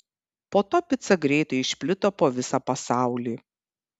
po to pica greitai išplito po visą pasaulį